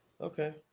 okay